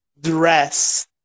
dress